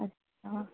अच्छा